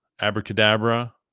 abracadabra